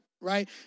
right